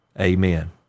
Amen